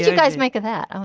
guys make of that.